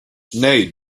nee